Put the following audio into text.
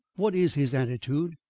what is his attitude?